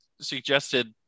suggested